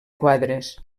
quadres